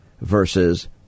Versus